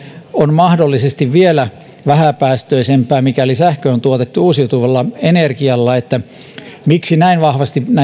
on mahdollisesti vielä vähäpäästöisempää mikäli sähkö on tuotettu uusiutuvalla energialla niin miksi näin vahvasti